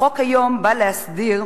החוק היום בא להסדיר,